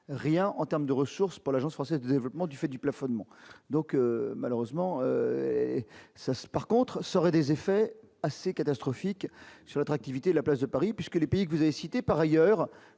rien en terme de ressources pour l'Agence française de développement du fait du plafonnement donc malheureusement ça c'est par contre ça aurait des effets assez catastrophique sur l'attractivité de la place de Paris puisque les pays que vous avez cité par ailleurs,